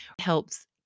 helps